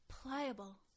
Pliable